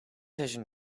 vision